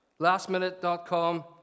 Lastminute.com